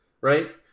right